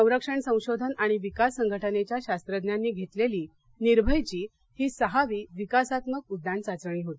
संरक्षण संशोधन आणि विकास संघटनेच्या शास्त्रज्ञांनी घेतलेली निर्भयची ही सहावी विकासात्मक उड्डाण चाचणी होती